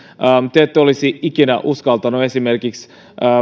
te ette olisi ikinä uskaltaneet